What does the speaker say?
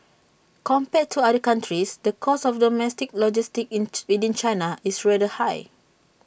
compared to other countries the cost of domestic logistics in to within China is rather high